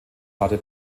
hatte